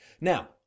Now